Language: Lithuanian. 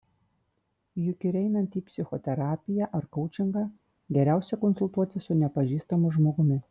juk ir einant į psichoterapiją ar koučingą geriausia konsultuotis su nepažįstamu žmogumi